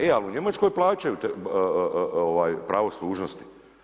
E al u Njemačkoj plaćaju pravo služnosti.